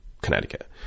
Connecticut